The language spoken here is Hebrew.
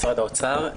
משרד האוצר.